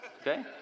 okay